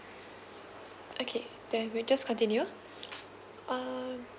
okay the we just continue uh